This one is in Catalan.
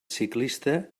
ciclista